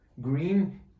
Green